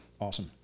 awesome